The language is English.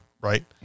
right